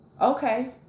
Okay